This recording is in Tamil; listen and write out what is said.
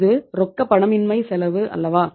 இது ரொக்கப்பணமின்மை செலவு அல்லவா